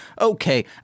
Okay